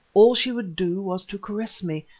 all she would do was to caress me,